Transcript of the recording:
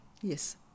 Yes